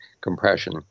compression